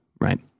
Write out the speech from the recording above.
right